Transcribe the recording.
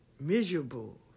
miserable